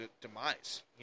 demise